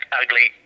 ugly